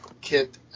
kit